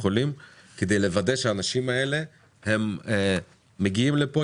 יכולים כדי לוודא שהאנשים האלה מגיעים לפה,